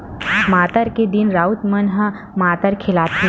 मातर के दिन राउत मन ह मातर खेलाथे